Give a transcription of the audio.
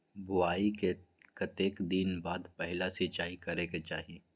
बोआई के कतेक दिन बाद पहिला सिंचाई करे के चाही?